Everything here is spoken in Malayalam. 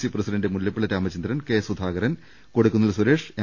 C president Mullappally Ramachandran K Sudhakaran Kodikunnil Suresh M